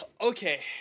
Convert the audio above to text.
Okay